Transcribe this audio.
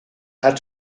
had